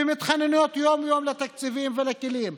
מתחננות יום-יום לתקציבים ולכלים,